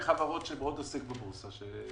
חברות דואליות שמדווחות רק באנגלית.